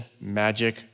magic